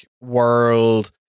world